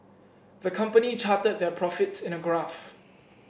the company charted their profits in a graph